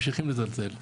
ממשיכים לזלזל.